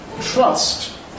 Trust